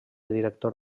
director